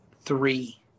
three